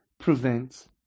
prevents